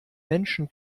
menschen